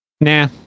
Nah